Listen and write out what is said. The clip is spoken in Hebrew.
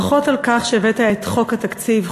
ברכות על כך שהבאת את חוק התקציב,